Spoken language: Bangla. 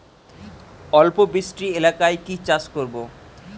অল্প বৃষ্টি এলাকায় কি চাষ করব?